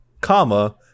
comma